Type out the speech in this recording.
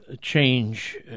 change